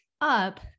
up